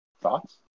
thoughts